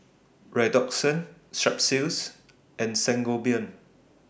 Redoxon Strepsils and Sangobion